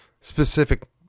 specific